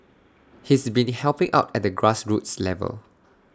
he's been helping out at the grassroots level